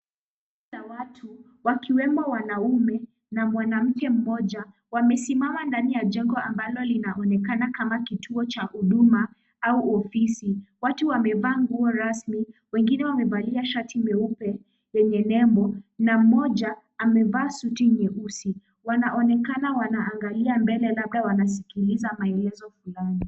Kundi la watu wakiwemo wanaume na mwanamke mmoja wamesimama ndani ya jengo ambalo linaonekana kama kituo cha huduma au ofisi. Watu wamevaa nguo rasmi, wengine wamevalia shati meupe zenye nembo na mmoja amevaa suti nyeusi. Wanaonekana wanaangalia mbele labda wanasikiliza maelezo fulani.